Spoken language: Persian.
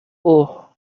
اوه